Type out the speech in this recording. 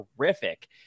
terrific